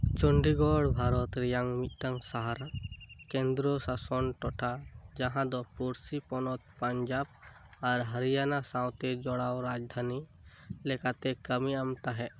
ᱪᱚᱱᱰᱤᱜᱚᱲ ᱵᱷᱟᱨᱚᱛ ᱨᱮᱭᱟᱜ ᱢᱤᱫᱴᱟᱝ ᱥᱟᱦᱟᱨ ᱠᱮᱱᱫᱽᱨᱚ ᱥᱟᱥᱚᱱ ᱴᱚᱴᱷᱟ ᱡᱟᱦᱟᱸ ᱫᱚ ᱯᱩᱲᱥᱤ ᱯᱚᱱᱚᱛ ᱯᱟᱧᱡᱟᱵᱽ ᱟᱨ ᱦᱟᱨᱤᱭᱟᱱᱟ ᱥᱟᱶᱛᱮ ᱡᱚᱲᱟᱣ ᱨᱟᱡᱽᱫᱷᱟᱱᱤ ᱞᱮᱠᱟᱛᱮ ᱠᱟᱹᱢᱤ ᱮᱢ ᱛᱟᱦᱮᱫ